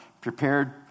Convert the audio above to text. prepared